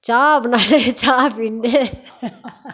चाॉह बनाई लैन्ने चाह पीन्ने आं हाहाहा